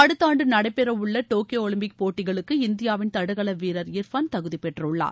அடுத்த ஆண்டு நடைபெறவுள்ள டோக்கியோ ஒலிம்பிக் போட்டிகளுக்கு இந்தியாவின் தடகள வீரர் இர்ஃபான் தகுதி பெற்றுள்ளார்